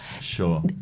Sure